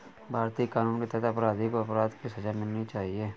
भारतीय कानून के तहत अपराधी को अपराध की सजा मिलनी चाहिए